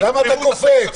למה אתה קופץ?